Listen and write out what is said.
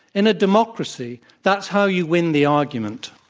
in a democracy, that's how you win the argument.